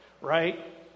Right